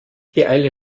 beeile